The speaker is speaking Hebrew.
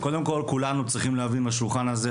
כולנו צריכים להבין בשולחן הזה,